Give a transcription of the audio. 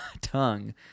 tongue